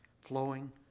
flowing